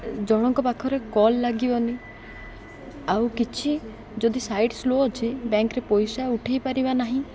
ଜଣଙ୍କ ପାଖରେ କଲ୍ ଲାଗିବନି ଆଉ କିଛି ଯଦି ସାଇଡ଼୍ ସ୍ଲୋ ଅଛି ବ୍ୟାଙ୍କ୍ରେ ପଇସା ଉଠାଇ ପାରିବା ନାହିଁ